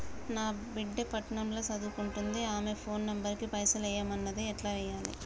నా బిడ్డే పట్నం ల సదువుకుంటుంది ఆమె ఫోన్ నంబర్ కి పైసల్ ఎయ్యమన్నది ఎట్ల ఎయ్యాలి?